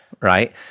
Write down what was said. right